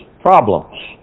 problems